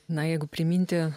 na jeigu priminti